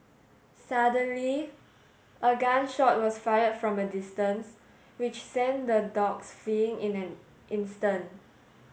suddenly a gun shot was fired from a distance which sent the dogs fleeing in an instant